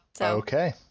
Okay